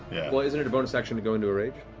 well, isn't it a bonus action to go into a rage?